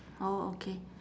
oh okay